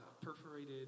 perforated